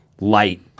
light